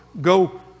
go